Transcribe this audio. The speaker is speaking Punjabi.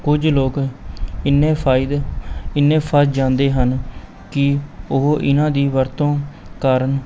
ਕੁਝ ਲੋਕ ਇੰਨੇ ਫਾਈ ਇੰਨੇ ਫਸ ਜਾਂਦੇ ਹਨ ਕਿ ਉਹ ਇਹਨਾਂ ਦੀ ਵਰਤੋਂ ਕਾਰਨ